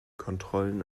kontrollen